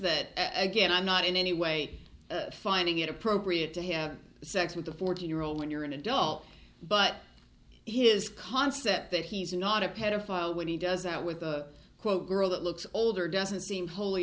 that again i'm not in any way finding it appropriate to have sex with a fourteen year old when you're an adult but his concept that he's not a pedophile when he does that with a quote girl that looks older doesn't seem whol